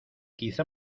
quizá